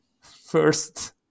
first